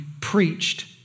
preached